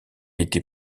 était